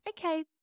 okay